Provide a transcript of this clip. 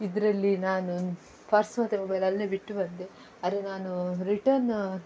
ಇದರಲ್ಲಿ ನಾನು ಪರ್ಸ್ ಮತ್ತೆ ಮೊಬೈಲ್ ಅಲ್ಲೆ ಬಿಟ್ಟು ಬಂದೆ ಅದೆ ನಾನು ರಿಟರ್ನ್